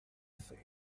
said